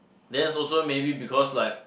then is also maybe because like